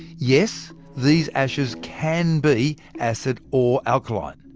yes, these ashes can be acid or alkaline,